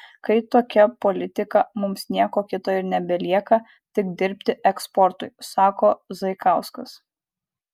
kai tokia politika mums nieko kito ir nebelieka tik dirbti eksportui sako zaikauskas